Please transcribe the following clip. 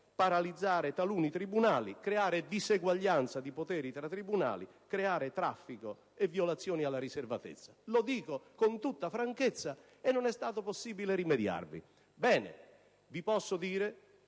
paralizzare taluni tribunali, creare diseguaglianza di poteri tra tribunali, creare traffico e violazioni alla riservatezza. Lo dico con tutta franchezza e non è stato possibile rimediarvi. Ebbene, proprio